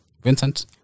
Vincent